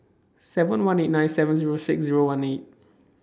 seven one eight nine seven Zero six Zero one eight